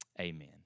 Amen